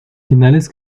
finales